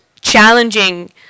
challenging